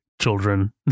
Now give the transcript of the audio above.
children